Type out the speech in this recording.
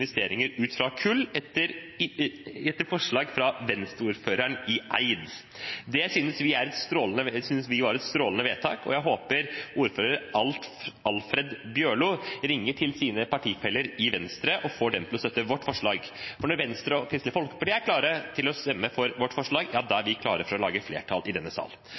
investeringer ut av kull, etter forslag fra Venstre-ordføreren i Eid. Det synes vi var et strålende vedtak, og jeg håper ordfører Alfred Bjørlo ringer til sine partifeller i Venstre og får dem til å støtte vårt forslag – for når Venstre og Kristelig Folkeparti er klare til å stemme for vårt forslag, ja, da er vi klare for å danne flertall i denne sal.